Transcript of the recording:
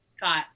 got